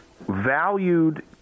valued